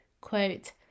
quote